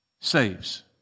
saves